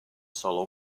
solo